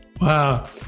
Wow